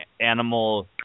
animal